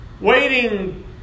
Waiting